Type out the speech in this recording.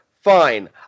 Fine